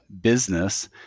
business